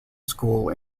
school